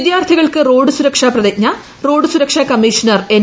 വിദ്യാർത്ഥികൾക്ക് റോഡ് സുരക്ഷാ പ്രതിജ്ഞ റോപ്പ് സുരക്ഷാ കമ്മീഷണർ എൻ